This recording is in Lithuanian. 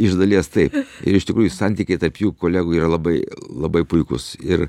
iš dalies taip ir iš tikrųjų santykiai tarp jų kolegų yra labai labai puikūs ir